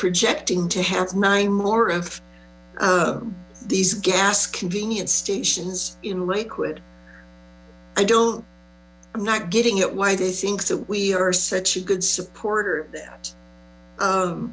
projecting to have nine more of these gas convenience stations in lakewood i don't i'm not getting it why they think that we are such a good supporter of th